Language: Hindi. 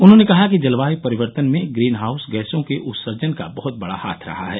उन्होंने कहा कि जलवाय परिवर्तन में ग्रीन हाउस गैसों के उत्सर्जन का बहत बड़ा हाथ रहा है